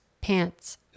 pants